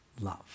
love